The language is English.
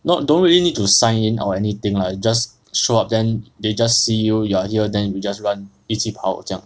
not don't really need to sign in or anything lah just show up then they just see you you're here then you just run 一起跑这样